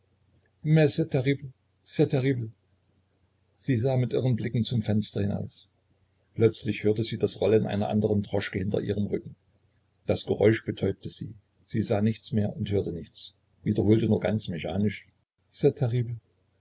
sie sah mit irren blicken zum fenster hinaus plötzlich hörte sie das rollen einer anderen droschke hinter ihrem rücken das geräusch betäubte sie sie sah nichts mehr und hörte nichts wiederholte nur ganz mechanisch